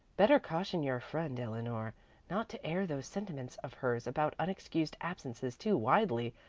better caution your friend eleanor not to air those sentiments of hers about unexcused absences too widely,